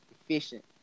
efficient